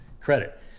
credit